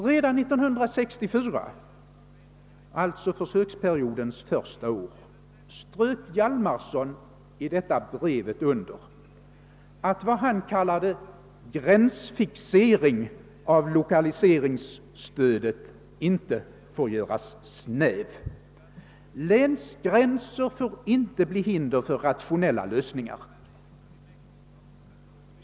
Redan 1964 — alltså försöksperiodens första år — strök Jarl Hjalmarson i detta brev under att vad han kallade gränsfixeringen av lokaliseringsstödet inte får göras snäv. Länsgränser får inte bli hinder för rationella lösningar.